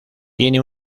tiene